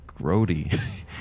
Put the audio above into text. grody